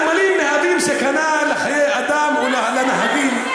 הגמלים מהווים סכנה לחיי אדם ולנהגים,